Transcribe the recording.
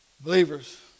Believers